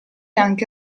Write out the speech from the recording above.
anche